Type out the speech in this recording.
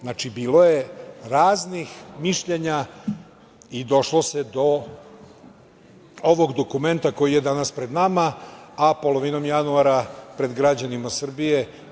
Znači, bilo je raznih mišljenja i došlo se do ovog dokumenta koji je danas pred nama, a polovinom januara pred građanima Srbije.